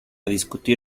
discutir